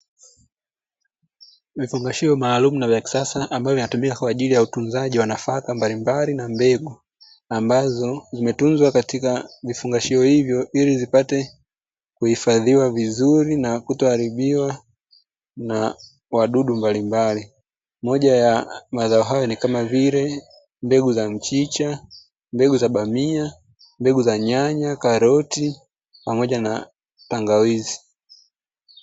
Vifungashio maalumu na vya kisasa ambavyo vinatumika kwa ajili ya utunzaji wa nafaka mbalimbali na mbegu, ambazo zimetunzwa katika vifungashio hivyo ili vipate kuhifadhiwa vizuri na kutoharibiwa na wadudu mbalimbali. Moja ya mazao hayo ni kama vile: mbegu za mchicha, mbegu za bamia, mbegu za nyanya, karoti pamoja na tangawizi.